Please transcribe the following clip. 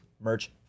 merch